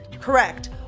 Correct